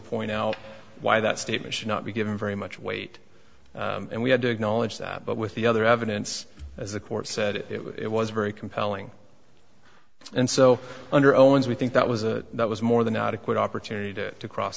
point out why that statement should not be given very much weight and we had to acknowledge that but with the other evidence as the court said it was very compelling and so under owens we think that was a that was more than adequate opportunity to cross